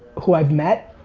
who i've met,